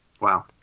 Wow